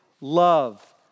love